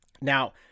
Now